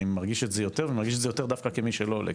אני מרגיש את זה יותר ומרגיש את זה יותר דווקא כמי שלא עולה.